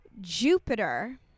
Jupiter